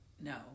no